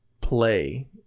play